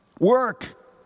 Work